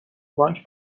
بانک